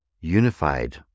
unified